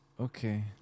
Okay